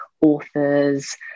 authors